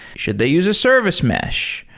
should they use a service mesh?